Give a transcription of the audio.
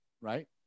right